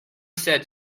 said